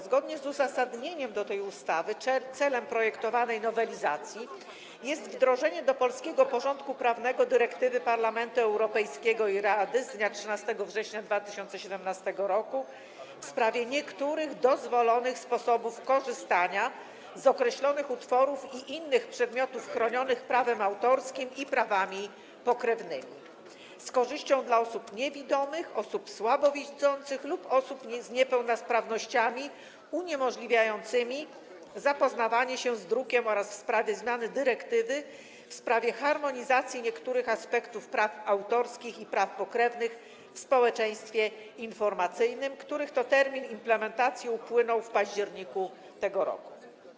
Zgodnie z uzasadnieniem tej ustawy celem projektowanej nowelizacji jest wdrożenie do polskiego porządku prawnego dyrektywy Parlamentu Europejskiego i Rady z dnia 13 września 2017 r. w sprawie niektórych dozwolonych sposobów korzystania z określonych utworów i innych przedmiotów chronionych prawem autorskim i prawami pokrewnymi z korzyścią dla osób niewidomych, osób słabowidzących lub osób z niepełnosprawnościami uniemożliwiającymi zapoznawanie się z drukiem oraz w sprawie zmiany dyrektywy w sprawie harmonizacji niektórych aspektów praw autorskich i pokrewnych w społeczeństwie informacyjnym, której termin implementacji upłynął w październiku tego roku.